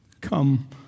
come